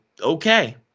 okay